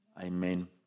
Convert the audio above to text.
amen